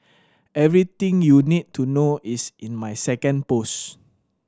everything you need to know is in my second post